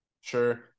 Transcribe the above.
Sure